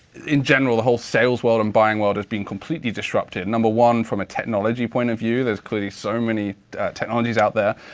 in general the whole sales world and buying world is being completely disrupted. number one, from a technology point of view there's clearly so many technologies out there.